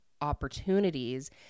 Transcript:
opportunities